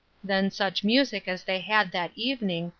then such music as they had that evening,